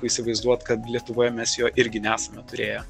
įsivaizduot kad lietuvoje mes jo irgi nesame turėję